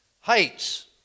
Heights